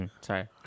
Sorry